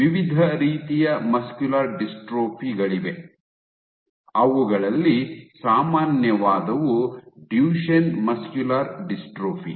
ವಿವಿಧ ರೀತಿಯ muscular dystrophy ಗಳಿವೆ ಅವುಗಳಲ್ಲಿ ಸಾಮಾನ್ಯವಾದವು ಡುಚೆನ್ ಮಸ್ಕ್ಯುಲರ್ ಡಿಸ್ಟ್ರೋಫಿ